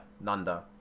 nanda